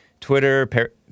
Twitter